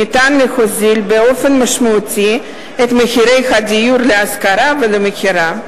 אפשר להוזיל באופן משמעותי את מחירי הדיור להשכרה ולמכירה.